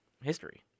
history